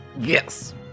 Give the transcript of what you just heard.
Yes